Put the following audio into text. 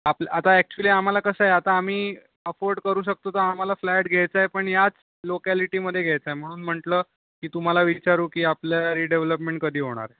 आपल्या आता ऍक्च्युली आम्हाला कसं आहे आता आम्ही अफोर्ड करू शकतो तर आम्हाला फ्लॅट घ्यायचा आहे पण ह्याच लोकॅलिटीमध्ये घ्यायचा आहे म्हणून म्हटलं की तुम्हाला विचारू की आपल्या रिडेव्हल्पमेंट कधी होणार